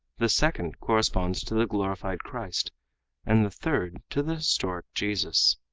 the second corresponds to the glorified christ and the third to the historic jesus.